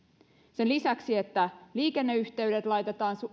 sen lisäksi että liikenneyhteydet laitetaan